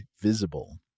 visible